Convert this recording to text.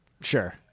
Sure